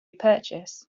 purchase